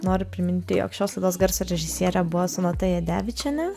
nori priminti jog šios laidos garso režisierė buvo sonata jadevičienė